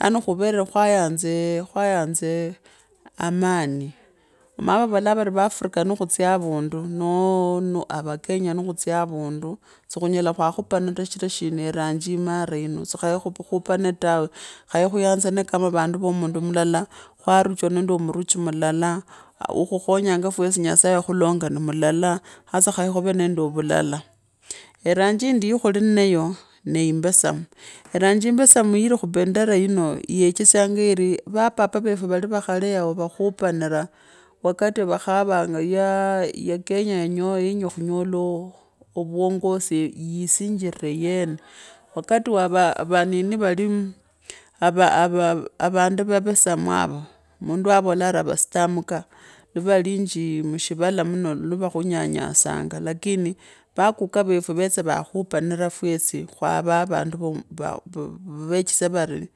yaani khuvere khayanza amani ovani onaa vavolaa vovi vaafrika mikhutsya havandu noo ovakenya nikhutsya havandu si khunyela khwa khupona ta shichira shina neee ranji imara yino si kheye khuponi tawe khaye khuyenzane kama uanduivo mundu mulala khowarachwa nende muruchi mulala ikhukhonyanga fwesi ni mulala ntasaye wakhulonga fwesi ni mulala hasa khaye khuve nende vulala. Eranji yindi ya khuli nnaye nee imbesamu rangi imbesamu iri khubendera yino yechesyanga ivi vaa papa vefu vale va khale yao vakhupanira wakati yavakhogaga yaa ya kenya yenya khunyola ovwongasi yusinjire yene wakati wa nini valii ava avandu vavesamu avo mundu avola ari avastaamuka nivalinji mushivala muno lwavakhunyanyasanga lakini vaakuka refu veetsa vakhuponira fwesi khwavavandu va khwechitse vari.